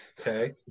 Okay